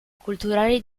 culturali